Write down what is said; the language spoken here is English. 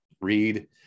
read